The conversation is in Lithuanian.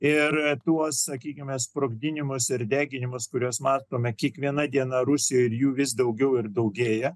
ir tuos sakykime sprogdinimus ir deginimus kuriuos matome kiekviena diena rusijoje ir jų vis daugiau ir daugėja